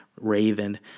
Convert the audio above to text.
raven